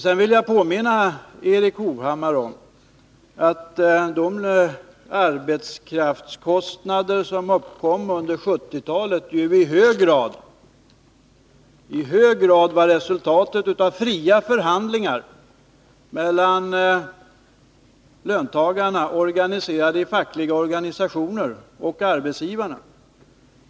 Jag vill också påminna Erik Hovhammar om att de arbetskraftskostnader som uppkom under 1970-talet i hög grad var resultatet av fria förhandlingar mellan löntagarna, organiserade i fackliga organisationer, och arbetsgivarna.